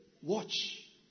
watch